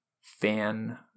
fan